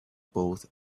both